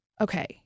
okay